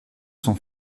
sont